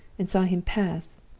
and saw him pass,